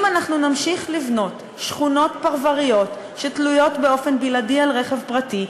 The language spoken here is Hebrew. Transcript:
אם אנחנו נמשיך לבנות שכונות פרבריות שתלויות באופן בלעדי ברכב פרטי,